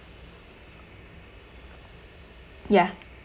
ya